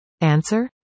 Answer